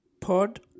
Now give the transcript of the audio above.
pod